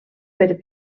per